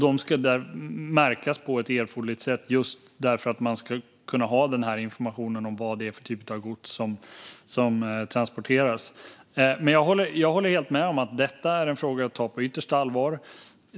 De ska märkas på erforderligt sätt just för att man ska kunna få information om vilket slags gods som transporteras. Jag håller helt med om att det är en fråga att ta på yttersta allvar.